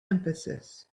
emphasis